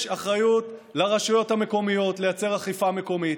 יש אחריות לרשויות המקומיות לייצר אכיפה מקומית.